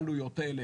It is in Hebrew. העלויות האלה?